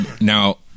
now